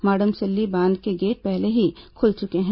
modem Silli बांध के gate पहले ही खुल चुके हैं